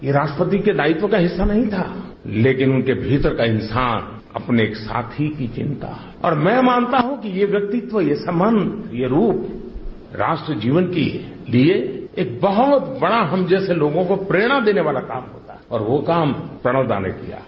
ये राष्ट्रपति के दायित्व का हिस्सा नहीं था लेकिन उनके भीतर का इंसान अपने एक साथी की चिंता है और मैं मानता हूं कि ये व्यक्तित्व ये संबंध ये रूप राष्ट्र जीवन के लिए एक बहुत बड़ा हम जैसे लोगों को प्रेरणा देने वाला काम है और वो काम प्रणब दा ने किया है